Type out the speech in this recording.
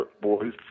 boys